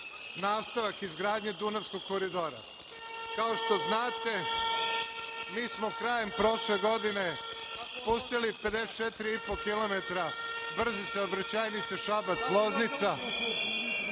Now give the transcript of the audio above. nastavak izgradnje Dunavskog koridora. Kao što znate, mi smo krajem prošle godine pustili 54,5 kilometara brze saobraćajnice Šabac-Loznica.